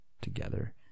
together